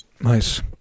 Nice